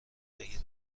بگیره